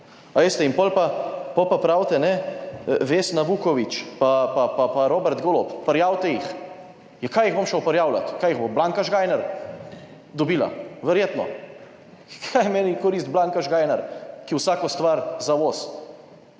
in potem pa, potem pa pravite, kajne, Vesna Vuković, pa Robert Golob, prijavite jih. Ja, kaj jih bom šel prijavljati? Kaj jih bo Blanka Žgajner dobila? Verjetno. Kaj je meni v korist Blanka Žgajner, ki vsako stvar zavozi.